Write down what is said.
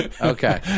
Okay